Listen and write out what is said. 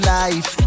life